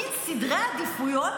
מין סדרי עדיפויות,